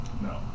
No